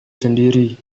sendiri